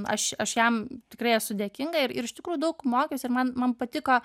aš aš jam tikrai esu dėkinga ir iš tikrųjų daug mokiausi ir man man patiko